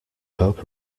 poke